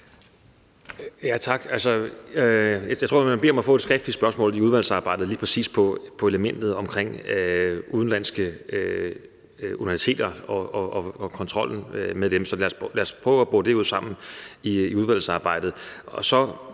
Altså, jeg tror, jeg må bede om at få et skriftligt spørgsmål i udvalgsarbejdet om lige præcis det element, der handler om udenlandske universiteter og kontrollen med dem. Så lad os prøve at bore det ud sammen i udvalgsarbejdet.